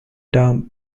term